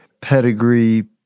pedigree